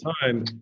time